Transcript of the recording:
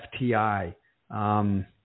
FTI